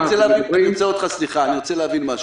אני רוצה להבין משהו.